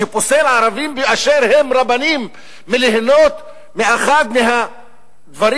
שפוסל ערבים באשר הם ערבים מליהנות מאחד מהדברים